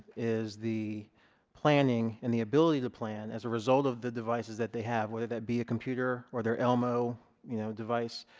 is the planning and the ability to plan as a result of the devices that they have whatever it be a computer or their elmo you know device